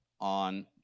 on